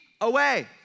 away